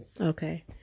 Okay